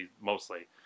mostly